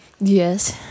Yes